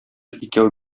икәү